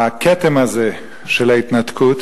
הכתם הזה של ההתנתקות